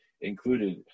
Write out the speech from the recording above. included